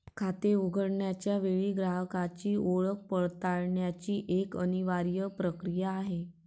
खाते उघडण्याच्या वेळी ग्राहकाची ओळख पडताळण्याची एक अनिवार्य प्रक्रिया आहे